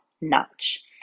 notch